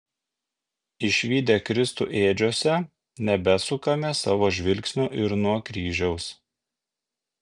išvydę kristų ėdžiose nebesukame savo žvilgsnio ir nuo kryžiaus